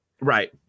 Right